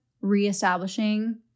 reestablishing